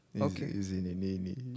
Okay